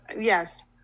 yes